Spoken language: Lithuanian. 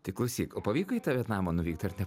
tai klausyk o pavyko į tą vietnamą namo nuvykt ar ne